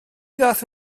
ddaeth